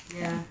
ya